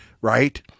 right